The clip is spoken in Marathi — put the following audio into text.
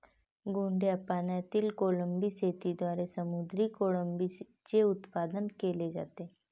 गोड्या पाण्यातील कोळंबी शेतीद्वारे समुद्री कोळंबीचे उत्पादन केले जाते